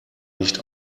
nicht